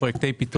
מי נגד, מי נמנע?